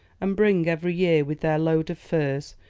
and bring, every year, with their load of furs,